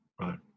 right